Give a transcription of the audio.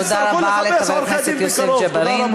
תצטרכו לחפש עורכי-דין בקרוב.